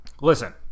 Listen